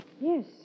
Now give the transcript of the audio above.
Yes